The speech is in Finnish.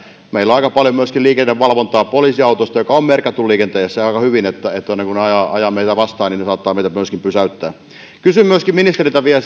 meillä on aika paljon liikennevalvontaa myöskin poliisiautosta joka on merkattu liikenteessä aika hyvin ja kun ne ajavat meitä vastaan niin ne saattavat meitä myöskin pysäyttää kysyn ministeriltä vielä